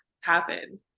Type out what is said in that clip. happen